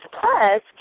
Plus